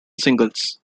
singles